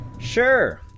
Sure